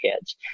kids